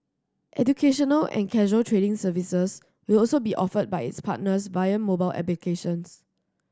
educational and casual trading services will also be offered by its partners via mobile applications